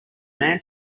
man